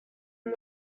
him